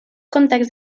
context